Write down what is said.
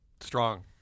Strong